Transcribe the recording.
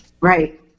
Right